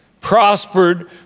prospered